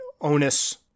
onus